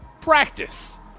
Practice